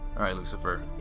all right, lucifer.